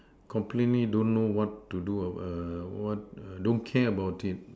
completely don't know what to do what don't care about it